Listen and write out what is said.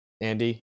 Andy